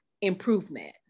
improvement